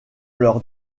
leur